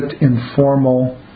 informal